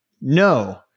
No